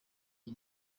iyi